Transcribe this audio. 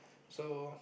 so